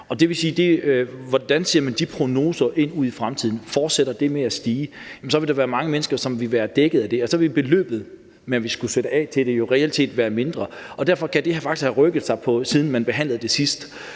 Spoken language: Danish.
sygeforsikring. Hvordan ser de prognoser ud i fremtiden? Altså fortsætter det med at stige, vil der være mange mennesker, som vil være dækket af det, og så vil beløbet, man ville skulle sætte af til det, jo reelt set være mindre. Og derfor kan det her faktisk have rykket sig, siden man behandlede det sidst.